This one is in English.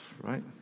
right